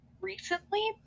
recently